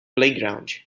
playground